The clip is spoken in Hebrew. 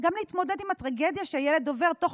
וגם להתמודד עם הטרגדיה שהילד עובר תוך